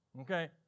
okay